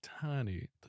tiny